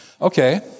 okay